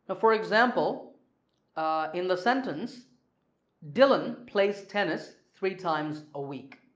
for example in the sentence dylan plays tennis three times a week.